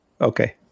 Okay